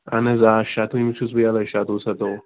اَہَن حظ آ شَتوُہمہِ چھُس بہٕ یَلے شَتوُہ سَتووُہ